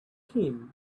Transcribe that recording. him